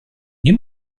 nie